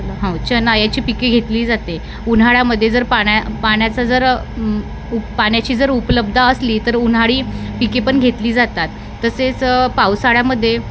हाव चणा याची पिके घेतली जाते उन्हाळ्यामध्ये जर पाण्या पाण्याचा जर उ पाण्याची जर उपलब्ध असली तर उन्हाळी पिके पण घेतली जातात तसेच पावसाळ्यामध्ये